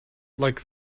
like